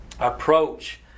Approach